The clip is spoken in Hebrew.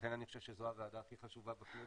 לכן אני חושב שזו הוועדה הכי חשובה בכנסת,